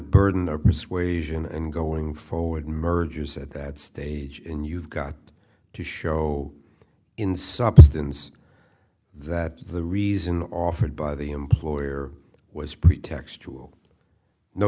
persuasion and going forward mergers at that stage in you've got to show in substance that the reason offered by the employer was pretextual no